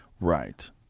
Right